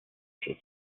she